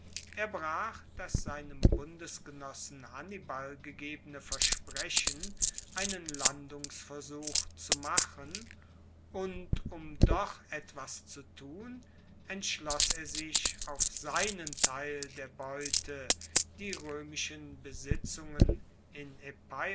er brach das seinem bundesgenossen hannibal gegebene versprechen einen landungsversuch zu machen und um doch etwas zu tun entschloss er sich auf seinen teil der beute die roemischen besitzungen in